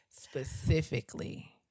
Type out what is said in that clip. specifically